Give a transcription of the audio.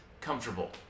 comfortable